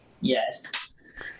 Yes